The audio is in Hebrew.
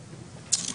ובתוך הציוץ נכתב